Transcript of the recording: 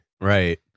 Right